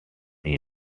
new